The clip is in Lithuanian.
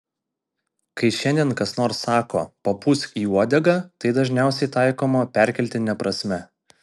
kai šiandien kas nors sako papūsk į uodegą tai dažniausiai taikoma perkeltine prasme